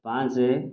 ପାଞ୍ଚ